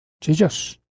Jesus